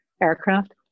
aircraft